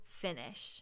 finish